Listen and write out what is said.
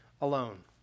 alone